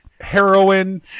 heroin